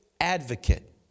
advocate